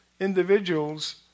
individuals